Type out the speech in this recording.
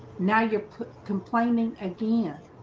now you're put complaining again